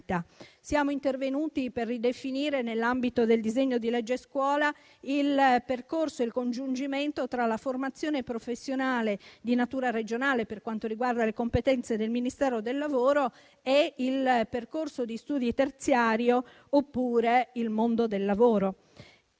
Siamo intervenuti per ridefinire, nell'ambito del disegno di legge scuola, il percorso e il congiungimento tra la formazione professionale di natura regionale (per quanto riguarda le competenze del Ministero del lavoro) e il percorso di studi terziario oppure il mondo del lavoro.